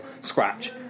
scratch